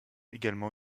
également